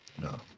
No